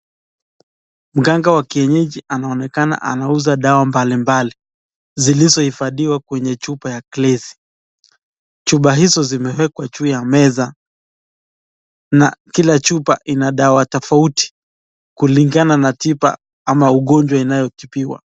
Mganga wa kienyeji anaonekana anauza dawa mbalimbali . Zilizo hifadhiwa kwenye chupa ya glesi. Chupa hizo zimewekwa juu ya meza. Na kila chupa Ina dawa tofauti, kulingana na tiba ama ugonjwa inayotibiwa.